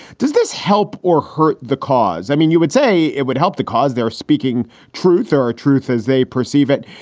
does this help or hurt the cause? i mean, you would say it would help the cause. they're speaking truth or or truth as they perceive it.